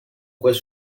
juez